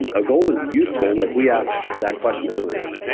and a goal is useful. like we asked that question earlier,